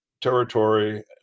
territory